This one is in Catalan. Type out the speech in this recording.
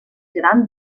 gran